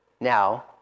Now